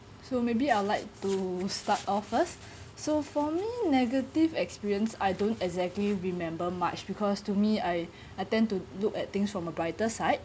so maybe I will like to start off first so for me negative experience I don't exactly remember much because to me I I tend to look at things from a brighter side